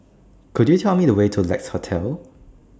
Could YOU Tell Me The Way to Lex Hotel